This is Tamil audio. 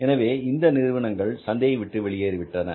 எனவே இந்த நிறுவனங்கள் சந்தையை விட்டு வெளியேறிவிட்டது